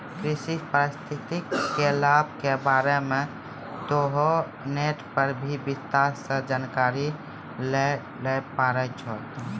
कृषि पारिस्थितिकी के लाभ के बारे मॅ तोहं नेट पर भी विस्तार सॅ जानकारी लै ल पारै छौ